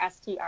STR